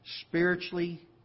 spiritually